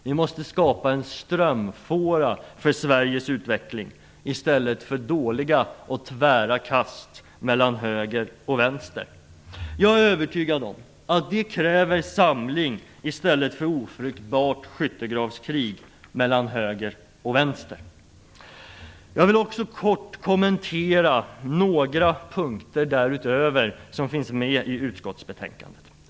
Vi måste skapa en strömfåra för Sveriges utveckling i stället för dåliga och tvära kast mellan höger och vänster. Jag är övertygad om att det kräver samling i stället för ett ofruktbart skyttegravskrig mellan höger och vänster. Jag vill också kort kommentera ytterligare några punkter som finns med i utskottsbetänkandet.